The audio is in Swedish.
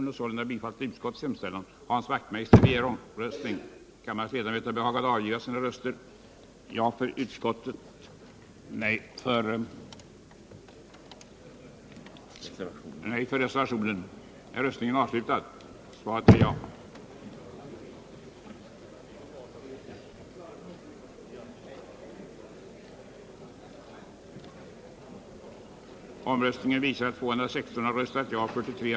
Denna regel har fått starkt negativa effekter, främst när det gäller de baltiskspråkiga tidningar som vänder sig till en tvåspråkig läsekrets och av naturliga skäl ägnar huvudintresset åt vad som händer i hemländerna.